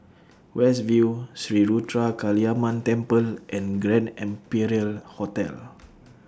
West View Sri Ruthra Kaliamman Temple and Grand Imperial Hotel